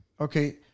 okay